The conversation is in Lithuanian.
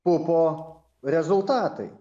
pupo rezultatai